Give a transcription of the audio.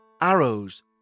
arrows